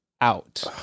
out